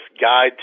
guide